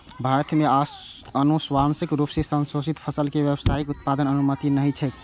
भारत मे आनुवांशिक रूप सं संशोधित फसल के व्यावसायिक उत्पादनक अनुमति नहि छैक